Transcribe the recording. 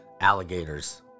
alligators